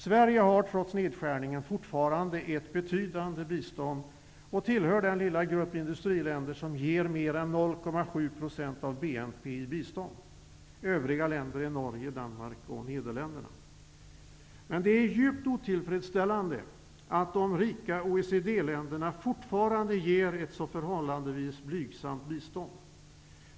Sverige ger trots nedskärningen fortfarande ett betydande bistånd och tillhör den lilla grupp industriländer som ger mer än 0,7 % av BNP i bistånd. Övriga länder är Norge, Danmark och Det är djupt otillfredsställande att de rika OECD länderna fortfarande ger ett så förhållandevis blygsamt bistånd.